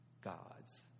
God's